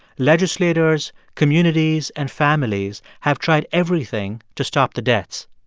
legislators, communities and families have tried everything to stop the deaths.